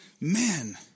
men